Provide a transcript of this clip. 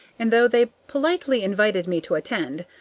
and though they politely invited me to attend,